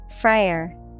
Friar